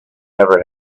never